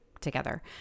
together